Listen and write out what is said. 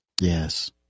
Yes